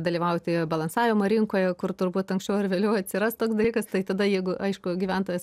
dalyvauti balansavimo rinkoje kur turbūt anksčiau ar vėliau atsiras toks dalykas tai tada jeigu aišku gyventojas